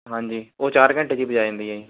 ਹਾਂਜੀ ਉਹ ਚਾਰ ਘੰਟੇ 'ਚ ਹੀ ਪਹੁੰਚਾ ਦਿੰਦੀ ਆ ਜੀ